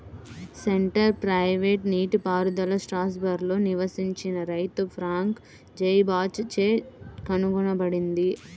centre pivot నీటిపారుదల స్ట్రాస్బర్గ్లో నివసించిన రైతు ఫ్రాంక్ జైబాచ్ చే కనుగొనబడింది